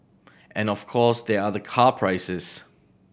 and of course there are the car prices